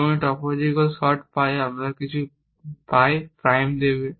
এবং এই topological sort pi আমাকে কিছু পাই প্রাইম দেবে